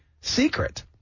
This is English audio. secret